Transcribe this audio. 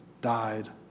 died